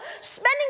Spending